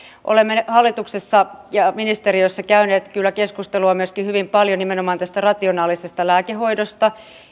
olemme hallituksessa ja ministeriössä käyneet kyllä keskustelua hyvin paljon nimenomaan myöskin tästä rationaalisesta lääkehoidosta